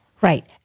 Right